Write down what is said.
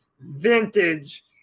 vintage